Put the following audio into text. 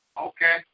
Okay